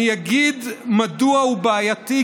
אני אגיד מדוע הוא בעייתי,